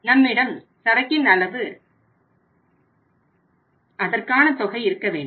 நம்மிடம் சரக்கின் அளவு அதற்கான தொகை இருக்க வேண்டும்